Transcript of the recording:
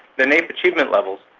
the naep achievement levels,